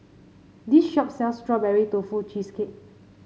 this shop sells Strawberry Tofu Cheesecake